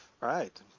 Right